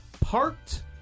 parked